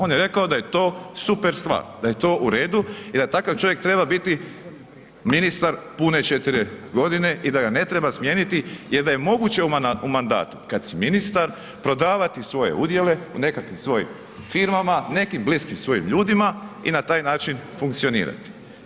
On je rekao da je to super stvar, da je to uredu i da takav čovjek treba biti ministar pune 4 g. i da ga ne treba smijeniti jer da je moguće u mandatu kad si ministar prodavati svoje udjele u nekakvim svojim firmama, nekim bliskim svojim ljudima i na taj način funkcionirati.